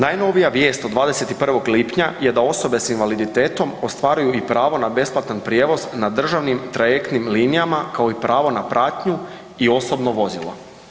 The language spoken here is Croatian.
Najnovija vijest od 21. lipnja je da osobe s invaliditetom ostvaruju i pravo na besplatan prijevoz na državnim trajektnim linijama kao i pravo na pratnju i osobno vozilo.